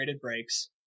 brakes